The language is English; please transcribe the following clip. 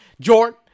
Jordan